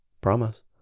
Promise